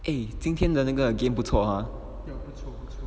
eh 今天的那个 game 不错哈不错